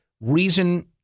reason